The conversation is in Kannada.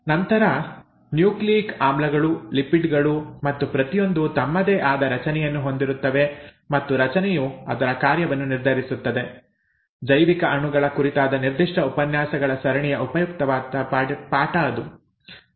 ನಂತರ ನ್ಯೂಕ್ಲಿಯಿಕ್ ಆಮ್ಲಗಳು ಲಿಪಿಡ್ಗಳು ಮತ್ತು ಪ್ರತಿಯೊಂದೂ ತಮ್ಮದೇ ಆದ ರಚನೆಯನ್ನು ಹೊಂದಿರುತ್ತವೆ ಮತ್ತು ರಚನೆಯು ಅದರ ಕಾರ್ಯವನ್ನು ನಿರ್ಧರಿಸುತ್ತದೆ ಜೈವಿಕ ಅಣುಗಳ ಕುರಿತಾದ ನಿರ್ದಿಷ್ಟ ಉಪನ್ಯಾಸಗಳ ಸರಣಿಯ ಉಪಯುಕ್ತವಾದ ಪಾಠ ಅದು